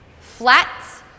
Flat